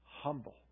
humble